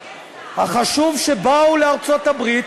החשוב, שבאו לארצות-הברית,